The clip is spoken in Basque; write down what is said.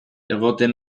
egoten